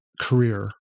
career